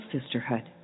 Sisterhood